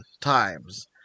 times